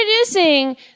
Introducing